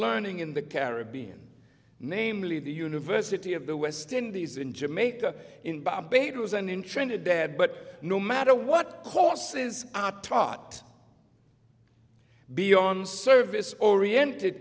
learning in the caribbean namely the university of the west indies in jamaica in barbados and in trinidad but no matter what courses are taught beyond service oriented